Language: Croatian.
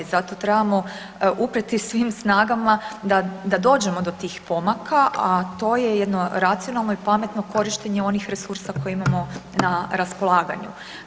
Zato trebamo uprijeti svim snagama da, da dođemo do tih pomaka, a to je jedno racionalno i pametno korištenje onih resursa koje imamo na raspolaganju.